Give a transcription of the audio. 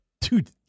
Dude